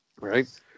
Right